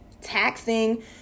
taxing